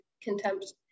contempt